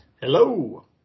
Hello